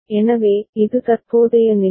எனவே இது தற்போதைய நிலை a b c d e f right